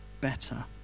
better